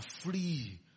free